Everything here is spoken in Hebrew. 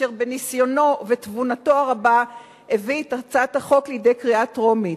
אשר בניסיונו ותבונתו הרבה הביא את הצעת החוק לידי קריאה טרומית.